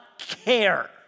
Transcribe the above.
care